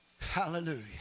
Hallelujah